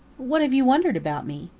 what have you wondered about me?